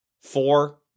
Four